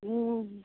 हुँ